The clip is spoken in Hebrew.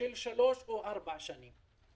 של שלוש או ארבע שנים.